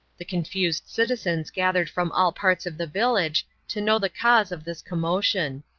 the confused citizens gathered from all parts of the village, to know the cause of this commotion.